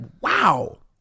wow